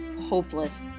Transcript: hopeless